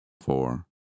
four